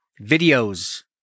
videos